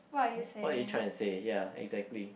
what are you trying to say ya exactly